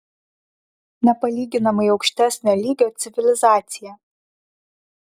nepalyginamai aukštesnio lygio civilizacija